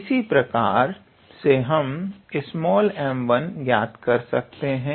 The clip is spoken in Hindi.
इसी प्रकार से हम 𝑚1 ज्ञात कर सकते हैं